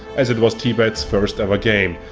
as it was tibet's first ever game.